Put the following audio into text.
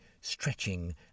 stretching